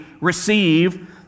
receive